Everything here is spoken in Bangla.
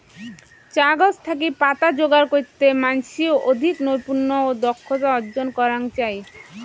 চা গছ থাকি পাতা যোগার কইরতে মানষি অধিক নৈপুণ্য ও দক্ষতা অর্জন করাং চাই